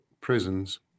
prisons